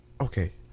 Okay